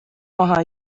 maha